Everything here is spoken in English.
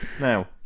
Now